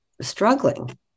struggling